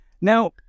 Now